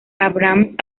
abrams